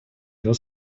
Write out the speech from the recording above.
его